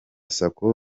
sacco